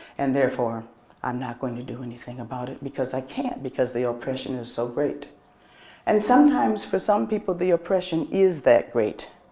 and therefore i'm not going to do anything about it because i can't, because the oppression is so great and sometimes for some people the oppression is that great.